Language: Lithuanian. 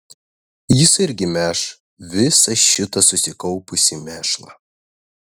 jis irgi mėš visą šitą susikaupusį mėšlą